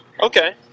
Okay